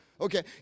okay